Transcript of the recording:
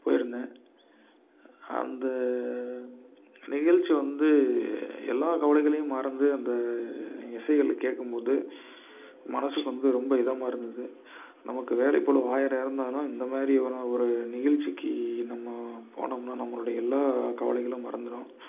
போயிருந்தேன் அந்த நிகழ்ச்சி வந்து எல்லா கவலைகளையும் மறந்து அந்த இசைகளை கேட்கும் போது மனசுக்கு வந்து ரொம்ப இதமாக இருந்தது நமக்கு வேலைப்பளு ஆயிரம் இருந்தாலும் இந்த மாதிரி எதுனா ஒரு நிகழ்ச்சிக்கி நம்ம போனோம்னால் நம்மளுடைய எல்லா கவலைகளும் மறந்திரும்